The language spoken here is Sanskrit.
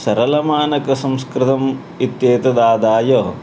सरलमानकसंस्कृतम् इत्येतदादायः